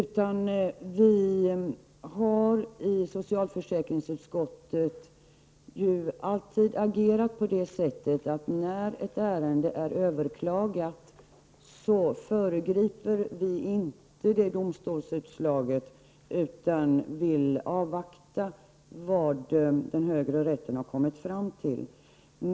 Vi har i socialförsäkringsutskottet ju alltid agerat på det sättet att när ett ärende är överklagat föregriper vi inte domstolsutslaget utan vill avvakta vad den högre rätten har kommit fram till.